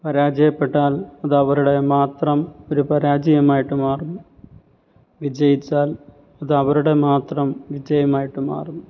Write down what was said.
പരാജയപ്പെട്ടാൽ അതവരുടെ മാത്രം ഒരു പരാജയമായിട്ടു മാറുന്നു വിജയിച്ചാൽ അതവരുടെ മാത്രം വിജയമായിട്ടു മാറുന്നു